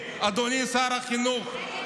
אדוני שר החינוך,